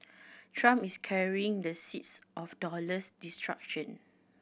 trump is carrying the seeds of dollar's destruction